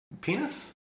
penis